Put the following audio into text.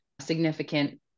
significant